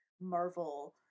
Marvel